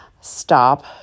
stop